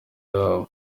yabo